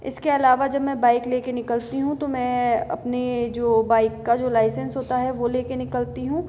इसके अलावा जब मैं बाइक लेके निकलती हूँ तो मैं अपने जो बाइक का जो लाइसेंस होता हैं वो लेके निकलती हूँ